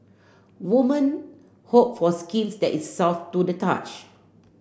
women hope for skins that is soft to the touch